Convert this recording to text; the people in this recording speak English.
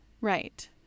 right